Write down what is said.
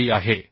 आभारी आहे